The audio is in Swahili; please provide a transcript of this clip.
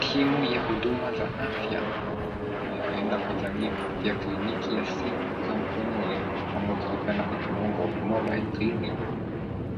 Kimu ya huduma za afya inayoenda kwa jamii kupitia kliniki ya simu za mkononi ama ukilipenda kwa kimombo mobile clinic